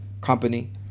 company